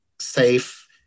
safe